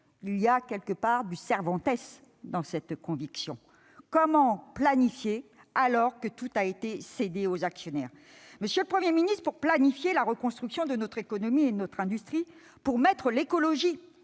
au plan. Il y a du Cervantès dans cette conviction ! Comment planifier alors que tout a été cédé aux actionnaires ? Monsieur le Premier ministre, pour planifier la reconstruction de notre économie et de notre industrie, pour mettre l'écologie